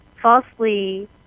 falsely